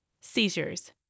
seizures